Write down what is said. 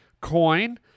coin